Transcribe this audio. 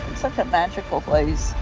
such a magical place.